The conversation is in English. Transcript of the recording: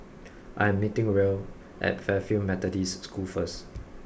I am meeting Ruel at Fairfield Methodist School first